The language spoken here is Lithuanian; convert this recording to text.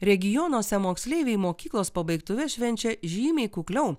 regionuose moksleiviai mokyklos pabaigtuves švenčia žymiai kukliau